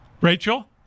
Rachel